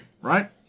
right